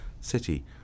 city